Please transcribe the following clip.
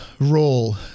role